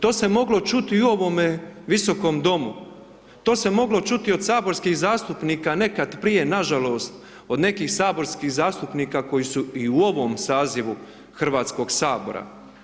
To se moglo čuti i u ovome Visokom domu, to se moglo čuti od saborskih zastupnika nekad prije nažalost od nekih saborskih zastupnika koji su i u ovom sazivu Hrvatskog sabora.